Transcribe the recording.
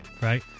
right